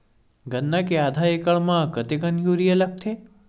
गन्ना के आधा एकड़ म कतेकन यूरिया लगथे?